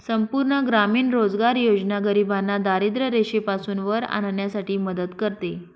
संपूर्ण ग्रामीण रोजगार योजना गरिबांना दारिद्ररेषेपासून वर आणण्यासाठी मदत करते